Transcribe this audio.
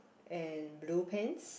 and blue pants